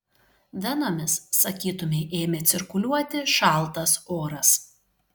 venomis sakytumei ėmė cirkuliuoti šaltas oras